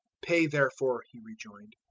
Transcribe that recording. pay therefore, he rejoined,